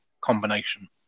combination